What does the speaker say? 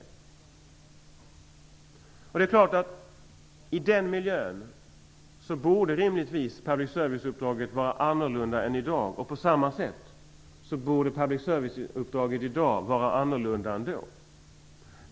Det är klart att i den miljön borde rimligtvis public service-uppdraget vara annorlunda än i dag, och på samma sätt borde public service-uppdraget i dag vara annorlunda än då.